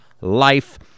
life